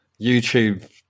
YouTube